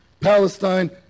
Palestine